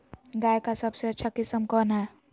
गाय का सबसे अच्छा किस्म कौन हैं?